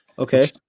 Okay